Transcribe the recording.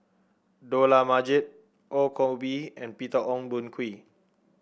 Dollah Majid Ong Koh Bee and Peter Ong Boon Kwee